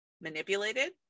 manipulated